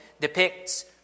depicts